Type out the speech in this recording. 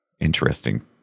Interesting